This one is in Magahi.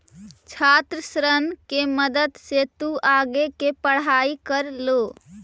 छात्र ऋण के मदद से तु आगे के पढ़ाई कर ले